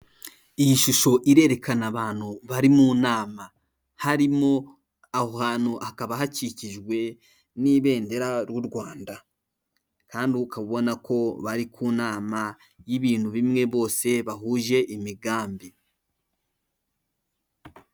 Iyi shusho irerekana abantu bari mu nama, harimo, aho hantu hakaba hakikijwe n'ibendera ry'u Rwanda, kandi ukaba ubona ko bari ku nama y'ibintu bimwe bose bahuje imigambi.